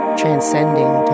transcending